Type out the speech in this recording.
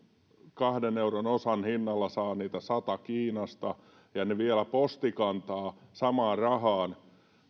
kahden euron osan hinnalla niitä saa kiinasta sata ja ne vielä posti kantaa samalla rahalla